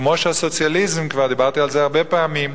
כמו שהסוציאליזם, כבר דיברתי על זה הרבה פעמים,